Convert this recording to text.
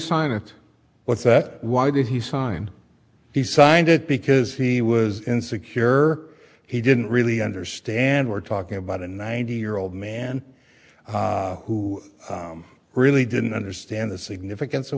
it what's that why did he sign he signed it because he was insecure he didn't really understand we're talking about a ninety year old man who really didn't understand the significance of